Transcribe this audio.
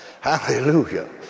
Hallelujah